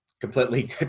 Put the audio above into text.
completely